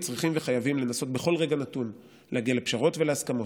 צריכים וחייבים לנסות בכל רגע נתון להגיע לפשרות ולהסכמות,